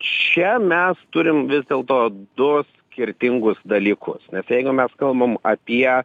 čia mes turim vis dėlto du skirtingus dalykus nes jeigu mes kalbam apie